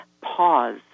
pause